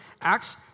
Acts